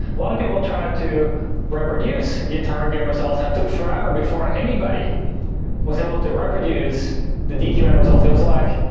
a lot of people tried to reproduce the atari game results, and it took forever before anybody was able to reproduce the dqm and results. it was like